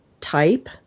type